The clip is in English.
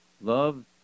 Love